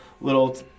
little